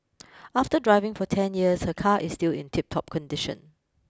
after driving for ten years her car is still in tip top condition